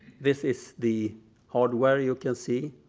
this is the hardware you can see.